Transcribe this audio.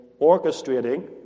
orchestrating